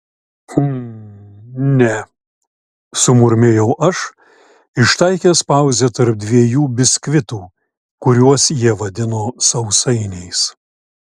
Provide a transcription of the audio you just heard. mm ne sumurmėjau aš ištaikęs pauzę tarp dviejų biskvitų kuriuos jie vadino sausainiais